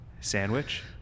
sandwich